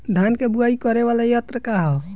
धान के बुवाई करे वाला यत्र का ह?